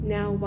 Now